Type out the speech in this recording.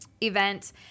Event